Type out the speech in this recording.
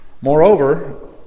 Moreover